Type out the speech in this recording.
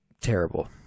Terrible